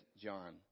John